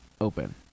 open